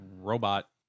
robot